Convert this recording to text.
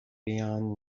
beyond